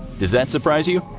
does that surprise you?